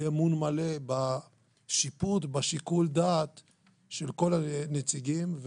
אמון מלא בשיפוט ובשיקול הדעת של כל הנציגים,